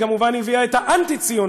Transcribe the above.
היא כמובן הביאה את האנטי-ציונות,